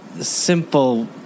simple